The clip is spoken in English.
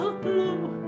blue